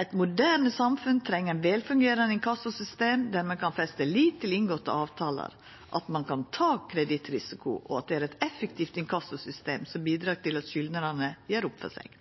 Eit moderne samfunn treng eit velfungerande inkassosystem der ein kan festa lit til inngåtte avtaler, der ein kan ta kredittrisiko, og ein treng eit effektivt inkassosystem som bidreg til at skyldnarar gjer opp for seg.